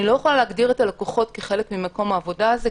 אני לא יכולה להגדיר את הלקוחות כחלק ממקום העבודה הזה,